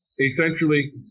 Essentially